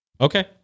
Okay